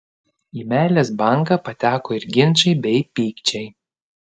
į meilės banką pateko ir ginčai bei pykčiai